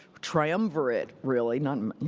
triumvirate really,